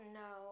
no